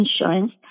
insurance